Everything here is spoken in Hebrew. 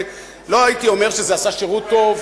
ולא הייתי אומר שזה עשה שירות טוב,